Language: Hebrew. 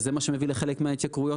וזה מה שמביא לחלק מההתייקרויות.